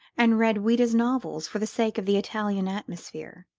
and read ouida's novels for the sake of the italian atmosphere.